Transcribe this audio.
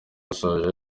basoje